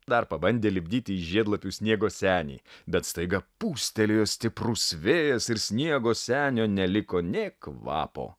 dar pabandė lipdyti iš žiedlapių sniego senį bet staiga pūstelėjo stiprus vėjas ir sniego senio neliko nė kvapo